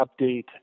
update